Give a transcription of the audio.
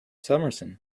summerson